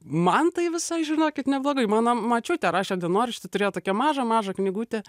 man tai visai žinokit neblogai mano mačiutė ra šė dienoraštį turėjo tokią mažą mažą knygutę